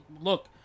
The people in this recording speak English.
look